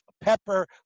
pepper